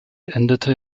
endete